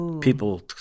people